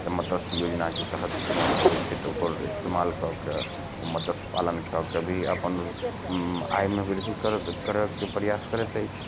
ई मतस्य योजनाके तहत कोनो आबै छै तऽ ओकर इस्तेमाल कऽ कए ओ मतस्य पालन कऽ कए भी आपन आयमे वृद्धि करत करएके प्रयास करैत अछि